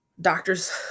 Doctors